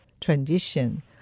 transition